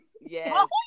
Yes